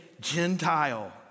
Gentile